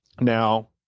Now